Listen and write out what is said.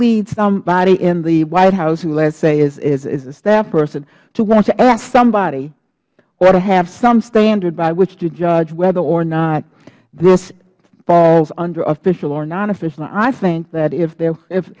lead somebody in the white house who let us say is a staff person to want to ask somebody or to have some standard by which to judge whether or not this falls under official or non official i think that if